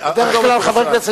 בדרך כלל חברי כנסת